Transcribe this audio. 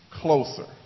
Closer